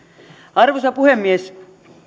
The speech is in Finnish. arvoisa puhemies